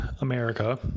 America